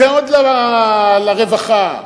ועוד לרווחה,